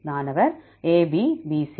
மாணவர் ABAC